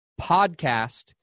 podcast